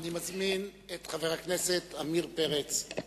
אני מזמין את חבר הכנסת עמיר פרץ,